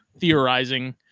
theorizing